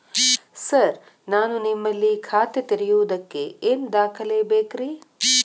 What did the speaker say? Sir ನಾನು ನಿಮ್ಮಲ್ಲಿ ಖಾತೆ ತೆರೆಯುವುದಕ್ಕೆ ಏನ್ ದಾಖಲೆ ಬೇಕ್ರಿ?